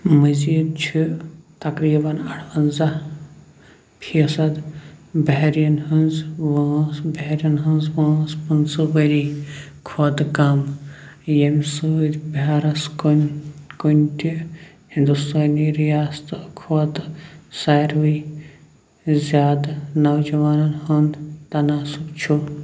مزیٖد چھِ تقریباً اَروَنٛزاہ فیٖصد بہریٚن ہٕنٛز وٲنٛس بہریٚن ہٕنٛز وٲنٛس پٕنٛژٕہ ؤری کھۄتہٕ کم ییٚمہِ سۭتۍ بہارس کُن کُنہِ تہِ ہِنٛدوستٲنی رِیاستو كھۅتہٕ سارِوٕے زیادٕ نوجوانن ہُنٛد تناسُب چھُ